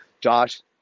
Josh